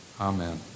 Amen